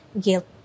guilt